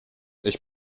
ich